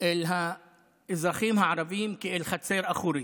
אל האזרחים הערבים כאל חצר אחורית,